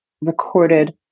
recorded